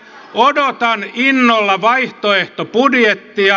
odotan innolla vaihtoehtobudjettia